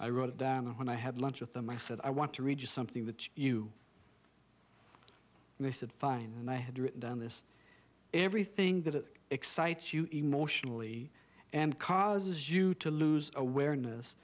i wrote it down and when i had lunch with them i said i want to read you something that you and they said fine and i had written down this everything that excites you emotionally and causes you to lose awareness